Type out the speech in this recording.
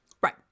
Right